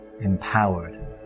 Empowered